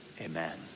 amen